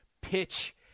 pitch